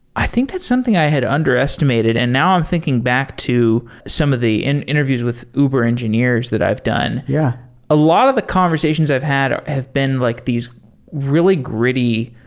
i think that's something i had underestimated. and now i'm thinking back to some of the and interviews with uber engineers that i've done. yeah a lot of the conversations i've had have been like these really gritty,